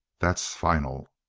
that's final.